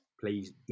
please